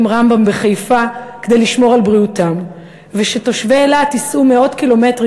רמב"ם בחיפה כדי לשמור על בריאותם ושתושבי אילת ייסעו מאות קילומטרים,